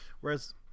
Whereas